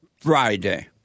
Friday